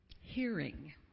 hearing